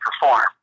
perform